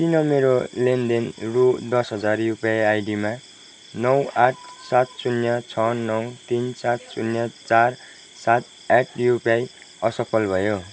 किन मेरो लेनदेन रु दस हजार युपिआई आइडिमा नौ आठ सात शून्य छ नौ तिन सात शून्य चार सात एट युपिआई असफल भयो